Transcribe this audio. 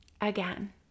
again